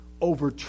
over